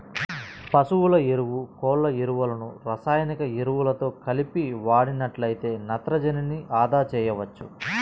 పశువుల ఎరువు, కోళ్ళ ఎరువులను రసాయనిక ఎరువులతో కలిపి వాడినట్లయితే నత్రజనిని అదా చేయవచ్చు